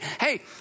hey